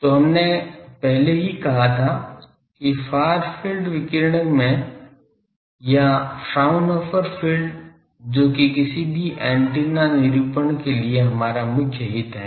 तो हमने पहले ही कहा था कि फार फील्ड विकिरणक में या फ्राउनहोफर फील्ड जो कि किसी भी एंटीना निरूपण के लिए हमारा मुख्य हित है